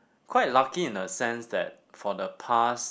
quite lucky in a sense that for the past